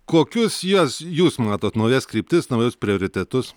kokius jas jūs matot naujas kryptis naujus prioritetus